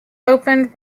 opened